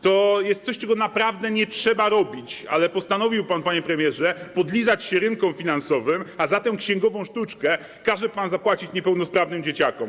To jest coś, czego naprawdę nie trzeba robić, ale postanowił pan, panie premierze, podlizać się rynkom finansowym, a za tę księgową sztuczkę każe pan zapłacić niepełnosprawnym dzieciakom.